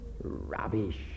Rubbish